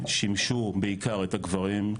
שימשו בעיקר את הגברים,